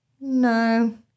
No